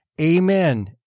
Amen